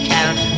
Count